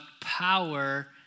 power